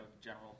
general